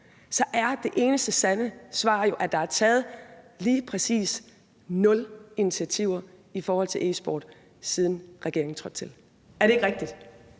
er det eneste sande svar jo, at der er taget lige præcis nul initiativer i forhold til e-sport, siden regeringen trådte til. Er det ikke rigtigt?